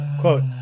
Quote